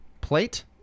Plate